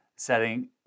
setting